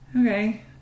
okay